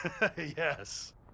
Yes